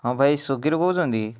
ହଁ ଭାଇ ସ୍ଵିଗିରୁ କହୁଛନ୍ତି